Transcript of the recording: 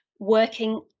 working